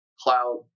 cloud